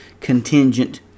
contingent